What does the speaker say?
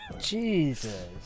Jesus